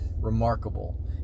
remarkable